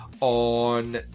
On